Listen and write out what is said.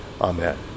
Amen